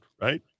right